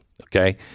Okay